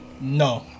No